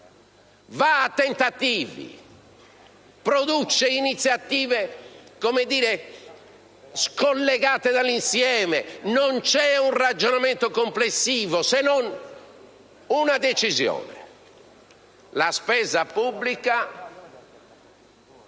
Va a tentativi, produce iniziative scollegate dall'insieme, non c'è un ragionamento complessivo, se non una decisione: la spesa pubblica